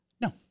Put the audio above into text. No